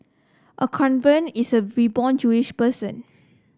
a convert is a reborn Jewish person